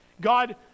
God